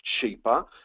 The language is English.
cheaper